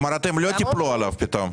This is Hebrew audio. כלומר אתם לא תיפלו עליו פתאום.